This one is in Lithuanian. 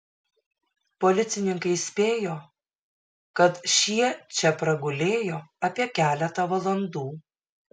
policininkai spėjo kad šie čia pragulėjo apie keletą valandų